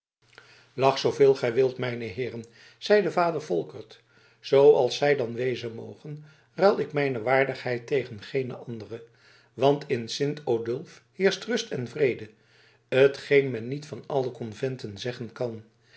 lacht zooveel gij wilt mijne heeren zeide vader volkert zooals zij dan wezen moge ruil ik mijne waardigheid tegen geene andere want in sint odulf heerscht rust en vrede t geen men niet van alle conventen zeggen kan